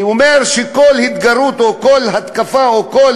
שאומר שכל התגרות או כל התקפה או כל